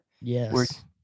yes